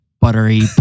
buttery